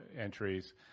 entries